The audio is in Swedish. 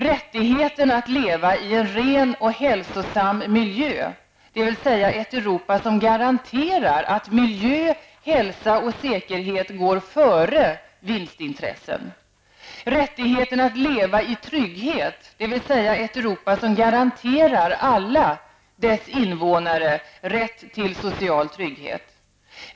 Rättigheten att leva i en ren hälsosam miljö, dvs. ett Europa som garanterar att miljö och hälsa och säkerhet går före vinstintressen. Rättigheten att leva i trygghet, dvs. ett Europa som garanterar alla dess invånare rätt till social trygghet.